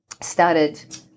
started